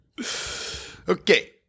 okay